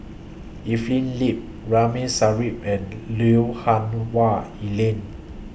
Evelyn Lip Ramli Sarip and Lui Hah Wah Elena